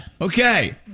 Okay